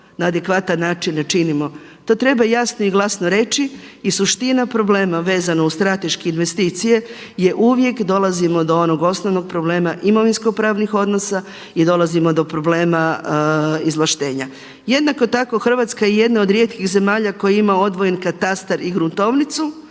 na adekvatan način ne činimo. To treba jasno i glasno reči i suština problema vezana uz strateške investicije je uvijek dolazimo do onog osnovnog problema imovinskopravnih odnosa i dolazimo do problema izvlaštenja. Jednako tako Hrvatska je jedna od rijetkih zemalja koja ima odvojen katastar i gruntovnicu.